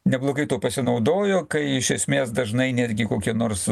neblogai tuo pasinaudojo kai iš esmės dažnai netgi kokie nors